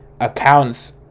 accounts